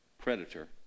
Predator